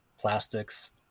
plastics